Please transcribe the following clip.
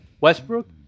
Westbrook